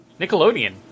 Nickelodeon